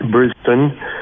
Brisbane